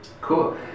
Cool